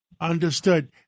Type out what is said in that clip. Understood